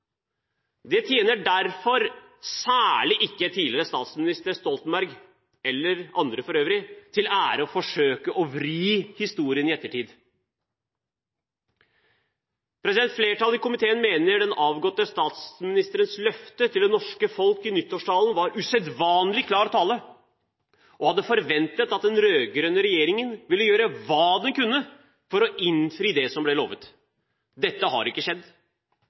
Det tjener derfor ikke tidligere statsminister Stoltenberg særlig, eller andre for øvrig, til ære å forsøke å vri på historien i ettertid. Flertallet i komiteen mener den avgåtte statsministerens løfte til det norske folk i nyttårstalen var usedvanlig klar tale og hadde forventet at den rød-grønne regjeringen ville gjøre hva den kunne for å innfri det som ble lovet. Dette har ikke skjedd.